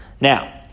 Now